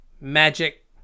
magic